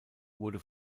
wurde